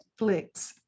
Netflix